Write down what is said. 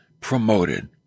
promoted